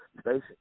station